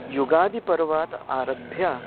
युगादिपर्वात् आरभ्य